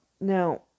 Now